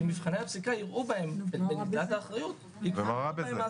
מבחני הפסיקה יראו בהן --- ומה רע בזה?